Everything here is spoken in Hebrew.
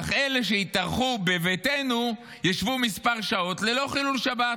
אך אלה שיתארחו בביתנו ישבו מספר שעות ללא חילול שבת,